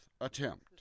attempt